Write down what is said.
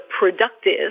productive